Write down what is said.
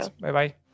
Bye-bye